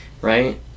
right